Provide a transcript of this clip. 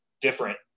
different